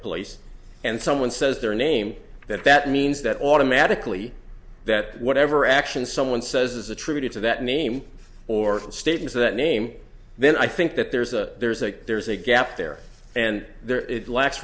place and someone says their name that that means that automatically that whatever action someone says is attributed to that name or statement that name then i think that there's a there's a there's a gap there and there it la